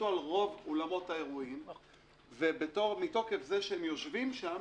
על רוב אולמות האירועים ומתוקף זה שהן יושבות שם